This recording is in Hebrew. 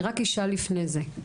אני רק אשאל לפני זה,